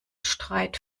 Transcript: streit